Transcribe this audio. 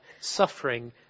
suffering